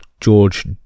George